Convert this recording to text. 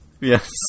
Yes